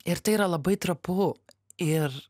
ir tai yra labai trapu ir